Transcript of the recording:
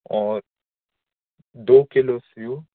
और दो kilo save